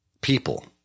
People